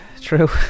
True